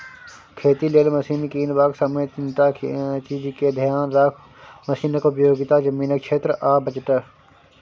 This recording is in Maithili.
खेती लेल मशीन कीनबाक समय तीनटा चीजकेँ धेआन राखु मशीनक उपयोगिता, जमीनक क्षेत्र आ बजट